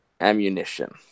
ammunition